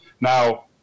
Now